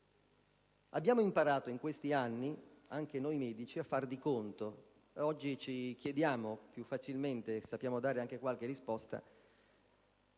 Abbiamo imparato in questi anni, anche noi medici, a far di conto, e oggi ci chiediamo più facilmente - e sappiamo dare anche qualche risposta